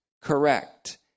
correct